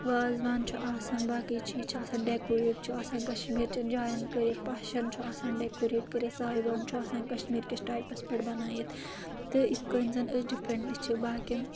وازوان چھُ آسان باقٕے چیٖز چھُ آسان ڈؠکوریٹ چھُ آسان کشمیٖر چؠن جاین کٔرِتھ پاشَن چھُ آسان ڈیکوریٹ کٔرِتھ سایبان چھُ آسان کَشمیٖر کِس ٹایپَس پؠٹھ بَنٲیِتھ تہٕ اِتھ کٔنۍ زَن أسۍ ڈِفرَنٛٹ چھِ باقین